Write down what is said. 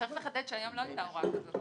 צריך לחדד שהיום לא הייתה הוראה כזאת,